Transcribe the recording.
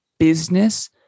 business